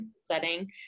setting